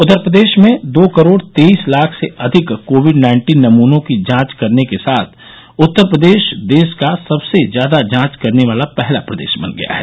उधर प्रदेश में दो करोड़ तेईस लाख से अधिक कोविड नाइन्टीन नमूनों की जांच करने के साथ उत्तर प्रदेश देश का सबसे ज्यादा जांच करने वाला पहला प्रदेश बन गया है